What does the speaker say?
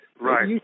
Right